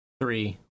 Three